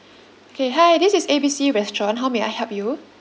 okay hi this is A B C restaurant how may I help you